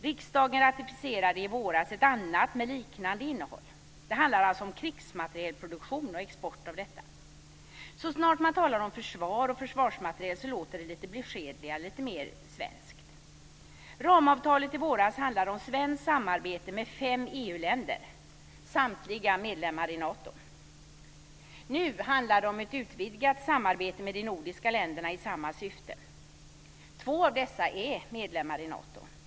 Riksdagen ratificerade i våras ett annat avtal med liknande innehåll. Det handlar alltså om krigsmaterielproduktion och export av krigsmateriel. Så snart man talar om försvar och försvarsmateriel låter det alltid lite beskedligare, lite mer svenskt. Ramavtalet från i våras handlar om svenskt samarbete med fem EU-länder - samtliga medlemmar i Nato. Nu handlar det om ett utvidgat samarbete med de nordiska länderna i samma syfte. Två av dessa är medlemmar i Nato.